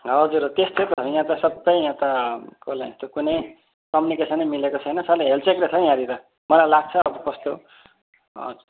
हजुर हजुर त्यस्तै त यहाँ त सबै याँ त कसलाई त कोनि कम्मुनिकेसन नै मिलेको छैन साह्रो हेलचेक्र्याइँ छ हौ यहाँ निर मलाई लाग्छ अब कस्तो